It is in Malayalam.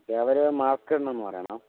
ഒക്കെ അവർ മാസ്കിടണം എന്നു പറയണേ